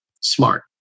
Smart